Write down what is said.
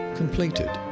completed